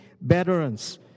veterans